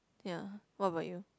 ya what about you